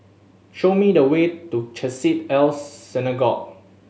show me the way to Chesed El Synagogue